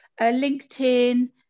LinkedIn